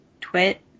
twit